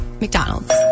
McDonald's